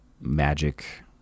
magic